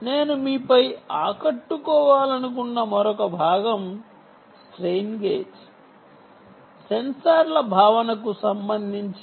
నేను మీపై ఆకట్టుకోవాలనుకున్న మరొక భాగం స్ట్రెయిన్ గేజ్ సెన్సార్ల భావనకు సంబంధించి